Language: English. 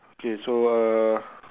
okay so uh